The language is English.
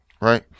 right